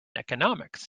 economics